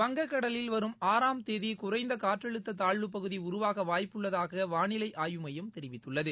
வங்கக் கடலில் வரும் ஆறாம் தேதி குறைந்த காற்றழுத்த தாழ்வுப் பகுதி உருவாக் வாய்ப்புள்ளதாக வானிலை ஆய்வு மையம் தெரிவித்துள்ளது